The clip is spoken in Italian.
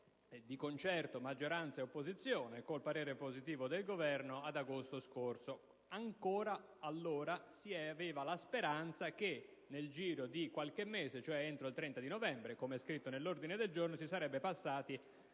il concerto di maggioranza e opposizione, con il parere positivo del Governo, lo scorso agosto. Allora si aveva ancora la speranza che nel giro di qualche mese, cioè entro il 30 novembre, come è scritto nell'ordine del giorno, si sarebbe passati